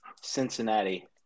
Cincinnati